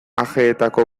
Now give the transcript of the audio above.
ajeetako